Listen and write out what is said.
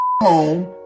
home